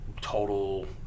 total